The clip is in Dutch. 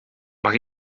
mag